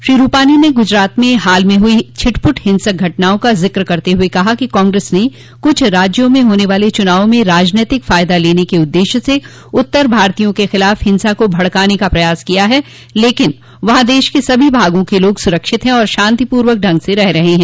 श्री रूपानी ने गुजरात में हाल में हुई छिटपुट हिंसक घटनाओं का ज़िक्र करते हुए कहा कि कांग्रेस ने कुछ राज्यों में होने वाले चुनावों में राजनैतिक फायदा लेने के उद्देश्य से उत्तर भारतीयां के खिलाफ हिंसा को भड़काने का प्रयास किया है लेकिन वहां देश के सभी भागों के लोग सुरक्षित है और शांतिपूर्वक ढंग से रह रहे हैं